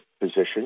position